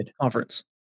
conference